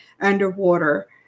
underwater